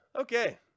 Okay